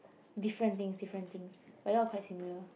different things different things but you all are quite similar